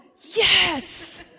Yes